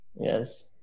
Yes